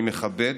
אני מכבד.